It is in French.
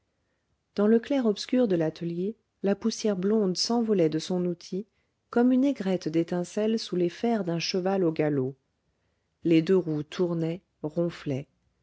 dans le clair-obscur de l'atelier la poussière blonde s'envolait de son outil comme une aigrette d'étincelles sous les fers d'un cheval au galop les deux roues tournaient